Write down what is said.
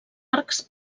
arcs